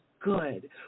good